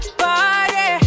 party